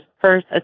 first